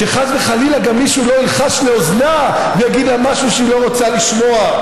שחס וחלילה גם מישהו לא ילחש לאוזנה ויגיד לה משהו שהיא לא רוצה לשמוע.